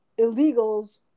illegals